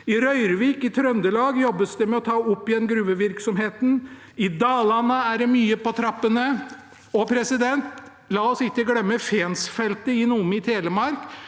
I Røyrvik i Trøndelag jobbes det med å ta opp igjen gruvevirksomheten. I Dalane er det mye på trappene, og la oss ikke glemme Fensfeltet i Nome i Telemark: